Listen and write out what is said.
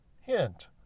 Hint